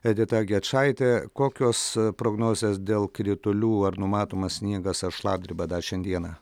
edita gečaitė kokios prognozės dėl kritulių ar numatomas sniegas ar šlapdriba dar šiandieną